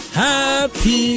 happy